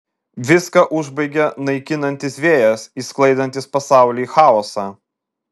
viską užbaigia naikinantis vėjas išsklaidantis pasaulį į chaosą